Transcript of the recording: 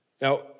Now